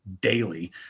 daily